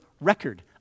record